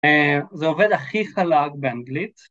זה עובד הכי חלק באנגלית